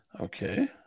Okay